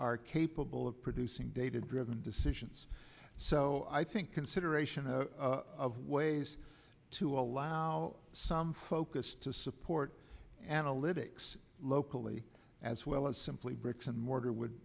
are capable of producing data driven decisions so i think consideration of ways to allow some focus to support analytics locally as well as simply bricks and mortar would